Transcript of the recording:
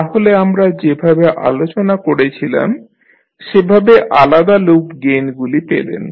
তাহলে আমরা যেভাবে আলোচনা করেছিলাম সেভাবে আলাদা লুপ গেইনগুলি পেলেন